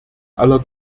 aller